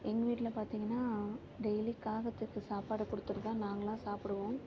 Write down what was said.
எங்கள் வீட்டில பார்த்திங்கனா டெய்லி காகத்திற்கு சாப்பாடு கொடுத்துட்டு தான் நாங்களாம் சாப்பிடுவோம்